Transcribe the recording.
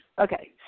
Okay